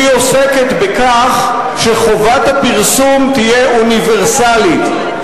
והיא עוסקת בכך שחובת הפרסום תהיה אוניברסלית,